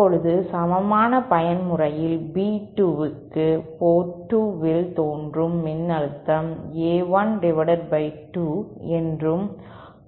இப்போது சமமான பயன்முறையில் B2 க்கு போர்ட் 2 இல் தோன்றும் மின்னழுத்தம் A12 என்றும்